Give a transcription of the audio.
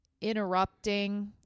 interrupting